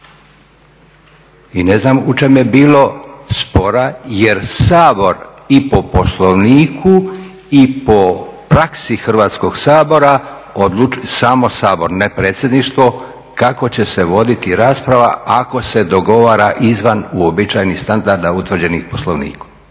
i ne znam u čemu je bilo spora jer Sabor i po Poslovniku i po praksi Hrvatskog sabora, samo Sabor, ne Predsjedništvo, kako će se voditi rasprava ako se dogovara izvan uobičajenih standarda utvrđenih poslovnikom.